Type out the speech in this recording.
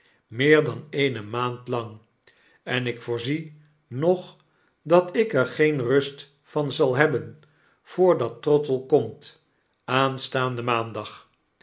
meer dan eene maand lang en ik voorzie nog dat ik er geen rust van zal hebben voordat trottle komt aanstaanden maandag